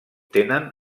tenen